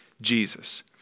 Jesus